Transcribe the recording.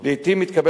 מפריע